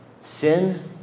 Sin